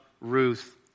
Ruth